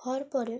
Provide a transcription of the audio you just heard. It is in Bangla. হওয়ার পরে